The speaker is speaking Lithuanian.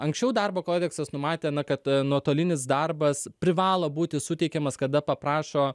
anksčiau darbo kodeksas numatė na kad nuotolinis darbas privalo būti suteikiamas kada paprašo